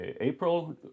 April